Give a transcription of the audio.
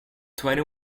twenty